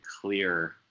clear